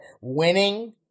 winning